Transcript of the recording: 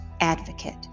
advocate